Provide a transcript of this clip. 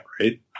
right